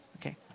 Okay